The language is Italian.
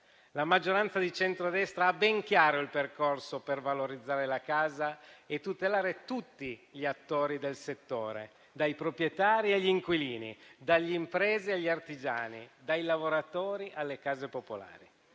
La maggioranza di centrodestra ha ben chiaro il percorso per valorizzare la casa e tutelare tutti gli attori del settore, dai proprietari agli inquilini, dalle imprese agli artigiani, dai lavoratori alle case popolari.